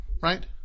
Right